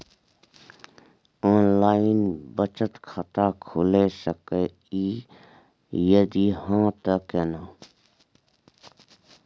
Online बचत खाता खुलै सकै इ, यदि हाँ त केना?